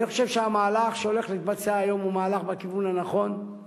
אני חושב שהמהלך שהולך להתבצע היום הוא מהלך בכיוון הנכון,